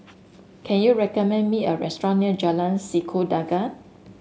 can you recommend me a restaurant near Jalan Sikudangan